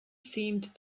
seemed